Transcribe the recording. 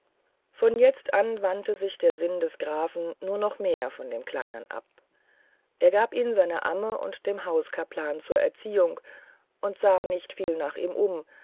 von jetzt an wandte sich der sinn des grafen nur noch mehr von dem kleinen ab er gab ihn seiner amme und dem hauskapellan zur erziehung und sah nicht viel nach ihm um